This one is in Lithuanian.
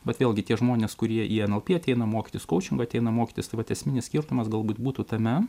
bet vėlgi tie žmonės kurie į nlp ateina mokytis kaučingo ateina mokytis tai vat esminis skirtumas galbūt būtų tame